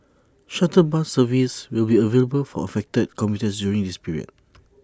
shuttle bus service will be available for affected commuters during this period